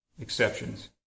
exceptions